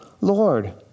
Lord